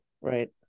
Right